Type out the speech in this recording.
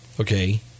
Okay